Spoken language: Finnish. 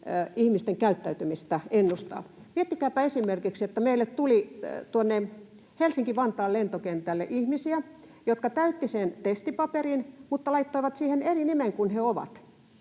ihmisten käyttäytymistä ennustaa. Miettikääpä esimerkiksi, että meille tuli tuonne Helsinki-Vantaan lentokentälle ihmisiä, jotka täyttivät sen testipaperin mutta laittoivat siihen eri nimen kuin keitä